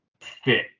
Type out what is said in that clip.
fit